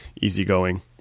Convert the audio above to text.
easygoing